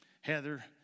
Heather